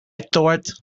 thought